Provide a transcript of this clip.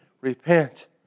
repent